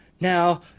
now